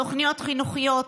תוכניות חינוכיות,